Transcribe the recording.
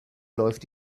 läuft